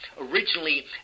originally